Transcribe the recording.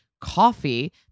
Coffee